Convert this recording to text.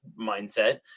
mindset